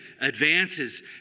advances